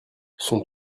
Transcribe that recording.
son